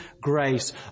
grace